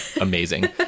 amazing